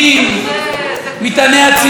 מטעני הצינור,